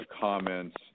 comments